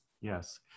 Yes